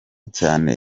cyane